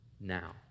now